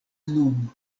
nun